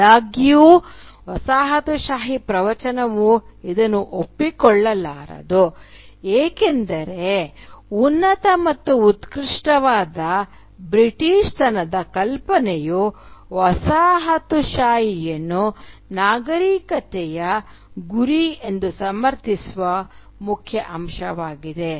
ಆದಾಗ್ಯೂ ವಸಾಹತುಶಾಹಿ ಪ್ರವಚನವು ಇದನ್ನು ಒಪ್ಪಿಕೊಳ್ಳಲಾರದು ಏಕೆಂದರೆ ಉನ್ನತ ಮತ್ತು ಉತ್ಕೃಷ್ಟವಾದ ಬ್ರಿಟಿಷ್ತನದ ಕಲ್ಪನೆಯು ವಸಾಹತುಶಾಹಿಯನ್ನು ನಾಗರಿಕತೆಯ ಗುರಿ ಎಂದು ಸಮರ್ಥಿಸುವ ಮುಖ್ಯ ಅಂಶವಾಗಿದೆ